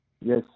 Yes